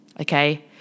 okay